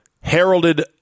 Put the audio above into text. heralded